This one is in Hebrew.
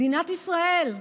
מדינת ישראל,